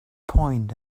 point